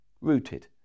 rooted